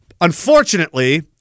Unfortunately